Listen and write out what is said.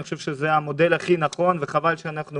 אני חושב שזה המודל הכי נכון וחבל שאנחנו